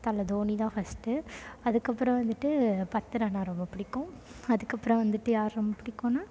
தலை தோனி தான் ஃபஸ்ட்டு அதுக்கப்புறம் வந்துவிட்டு பதிரானா ரொம்ப பிடிக்கும் அதுக்கப்புறம் வந்துவிட்டு யார் ரொம்ப பிடிக்கும்ன்னா